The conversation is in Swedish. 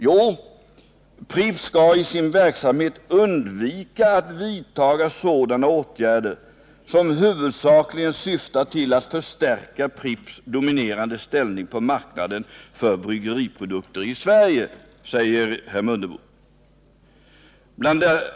Jo, Pripps skall i sin verksamhet undvika att vidta sådana åtgärder som huvudsakligen syftar till att förstärka Pripps dominerande ställning på marknaden för bryggeriprodukter i Sverige, säger herr Mundebo. Bl.